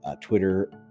Twitter